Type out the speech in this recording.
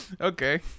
Okay